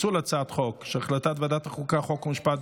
הצעת ועדת החוקה, חוק ומשפט